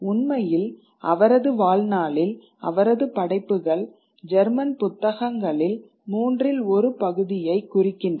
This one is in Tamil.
உண்மையில் அவரது வாழ்நாளில் அவரது படைப்புகள் ஜெர்மன் புத்தகங்களில் மூன்றில் ஒரு பகுதியைக் குறிக்கின்றன